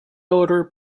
outer